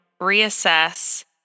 reassess